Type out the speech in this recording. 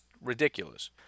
ridiculous